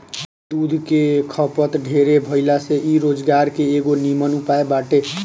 दूध के खपत ढेरे भाइला से इ रोजगार के एगो निमन उपाय बाटे